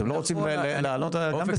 אתם לא רוצים לענות, גם בסדר.